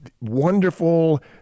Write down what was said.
wonderful